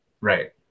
Right